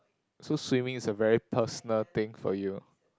so swimming is a very personal thing for you